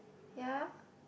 ya